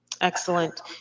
Excellent